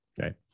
Okay